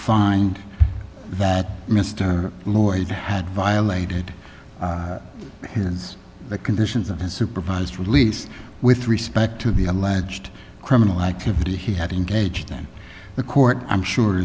find that mr lloyd had violated his the conditions of his supervised release with respect to the alleged criminal activity he had engaged in the court i'm sure